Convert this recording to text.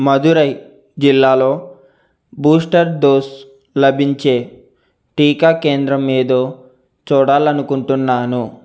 మధురై జిల్లాలో booster dose లభించే టీకా కేంద్రం ఏదో చూడాలనుకుంటున్నాను